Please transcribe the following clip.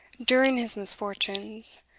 during his misfortunes,